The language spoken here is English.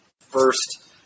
first